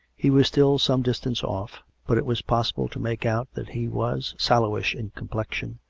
he was still some distance off but it was possible to make out that he was sallowish in complexion,